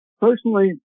Personally